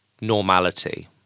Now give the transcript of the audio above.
normality